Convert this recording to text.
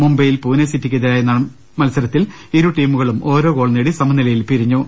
മുംബൈയിൽ പൂനെ സിറ്റിക്കെതിരായി നടന്ന മത്സര ത്തിൽ ഇരു ടീമുകളും ഓരോ ഗോൾ നേടി സമനിലയിൽ പിരിഞ്ഞത്